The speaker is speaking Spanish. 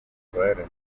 poderes